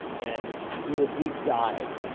and do a deep dive.